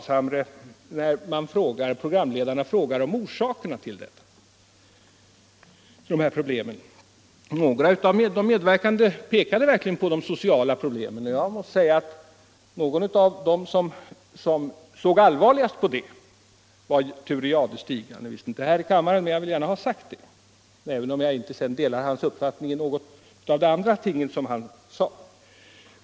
Sedan frågade programmakarna efter orsakerna till dessa problem, och några av de medverkande pekade verkligen på de sociala problemen. En av dem som såg mest allvarligt på detta var Thure Jadestig. Han är inte inne i kammaren nu, men jag vill gärna ha sagt det, även om jag inte delar hans uppfattning när det gäller en del andra uttalanden som han gjorde.